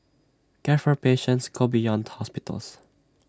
care for patients go beyond hospitals